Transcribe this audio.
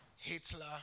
Hitler